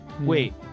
Wait